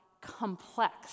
complex